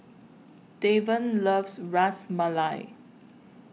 Davon loves Ras Malai